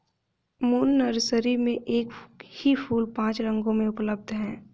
moon nursery में एक ही फूल पांच रंगों में उपलब्ध है